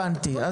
הבנתי.